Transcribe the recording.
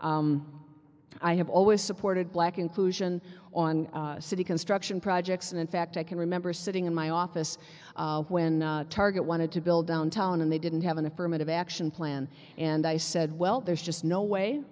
i have always supported black inclusion on city construction projects and in fact i can remember sitting in my office when target wanted to build downtown and they didn't have an affirmative action plan and i said well there's just no way